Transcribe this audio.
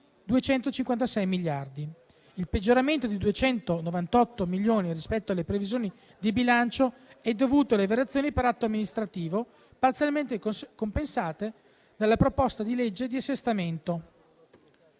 -256 miliardi. Il peggioramento di 298 milioni rispetto alla previsione di bilancio è dovuto alle variazioni per atto amministrativo parzialmente compensate dalle proposte del disegno di legge di assestamento.